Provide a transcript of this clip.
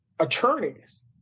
attorneys